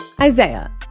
Isaiah